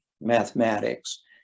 mathematics